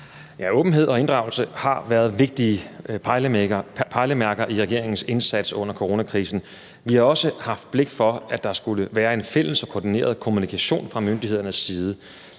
Åbenhed og inddragelse har været vigtige pejlemærker for regeringens indsats under coronakrisen. Vi har også haft blik for, at der skulle være en fælles og koordineret kommunikation fra myndighedernes side.